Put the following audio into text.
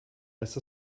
lässt